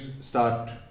start